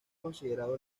considerado